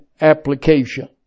application